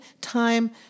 time